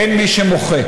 אין מי שמוחה.